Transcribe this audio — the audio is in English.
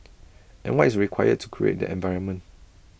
and what is required to create that environment